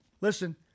Listen